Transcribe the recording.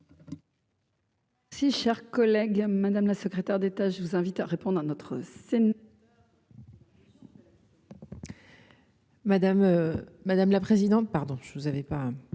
Si cher collègue, madame la secrétaire d'État, je vous invite à répondre à notre scène. Madame, madame la présidente, pardon je vous avais pas